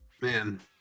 Man